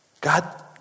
God